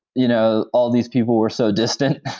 you know all these people were so distant